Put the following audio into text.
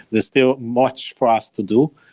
there's still much for us to do,